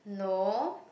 no